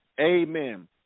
Amen